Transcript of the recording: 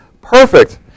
perfect